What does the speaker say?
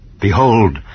Behold